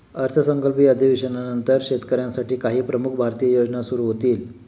अर्थसंकल्पीय अधिवेशनानंतर शेतकऱ्यांसाठी काही प्रमुख भारतीय योजना सुरू होतील